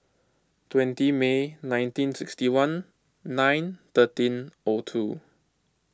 twenty May nineteen sixty one nine thirteen two